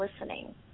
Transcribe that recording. listening